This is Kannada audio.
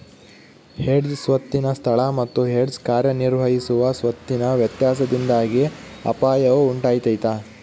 ಹೆಡ್ಜ್ ಸ್ವತ್ತಿನ ಸ್ಥಳ ಮತ್ತು ಹೆಡ್ಜ್ ಕಾರ್ಯನಿರ್ವಹಿಸುವ ಸ್ವತ್ತಿನ ವ್ಯತ್ಯಾಸದಿಂದಾಗಿ ಅಪಾಯವು ಉಂಟಾತೈತ